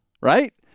Right